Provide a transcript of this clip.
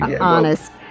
honest